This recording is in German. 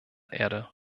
erde